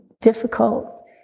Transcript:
difficult